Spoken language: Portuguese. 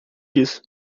disso